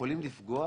שיכולים לפגוע